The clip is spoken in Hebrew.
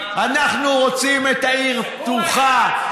אנחנו רוצים את העיר פתוחה,